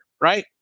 Right